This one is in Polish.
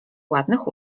ładnych